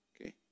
Okay